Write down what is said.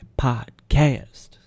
Podcast